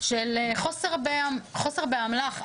של חוסר באמל"ח,